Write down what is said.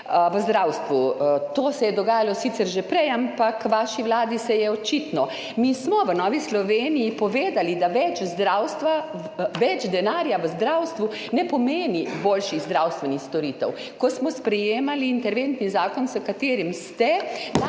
v zdravstvu. To se je dogajalo sicer že prej, ampak v vaši vladi se je [to dogajalo] očitno. Mi smo v Novi Sloveniji povedali, več denarja v zdravstvu ne pomeni boljših zdravstvenih storitev. Ko smo sprejemali interventni zakon, s katerim ste